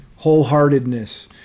wholeheartedness